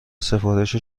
سفارش